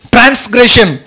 Transgression